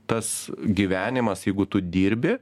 tas gyvenimas jeigu tu dirbi